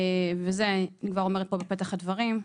אני כבר אומרת את זה בפתח הדברים.